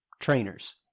trainers